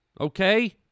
okay